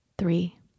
Three